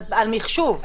על מחשוב.